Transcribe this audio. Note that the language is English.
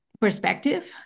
perspective